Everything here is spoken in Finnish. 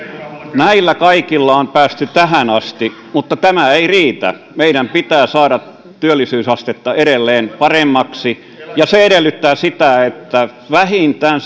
näillä kaikilla on päästy tähän asti mutta tämä ei riitä meidän pitää saada työllisyysastetta edelleen paremmaksi ja se edellyttää sitä että vähintään